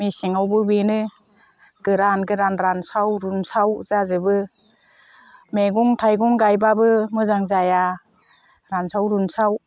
मेसेंआवबो बेनो गोरान गोरान रानसाव रुनसाव जाजोबो मैगं थाइगं गायबाबो मोजां जाया रानसाव रुनसाव